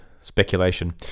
speculation